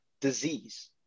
disease